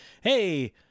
hey